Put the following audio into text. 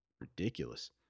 ridiculous